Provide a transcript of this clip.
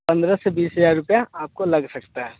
पंद्रह से बीस हज़ार रुपया आपको लग सकता है